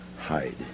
hide